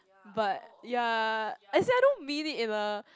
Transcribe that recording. but ya as in I don't mean in a